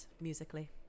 musically